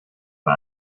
man